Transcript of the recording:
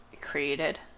created